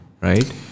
right